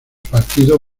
partido